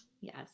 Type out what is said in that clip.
Yes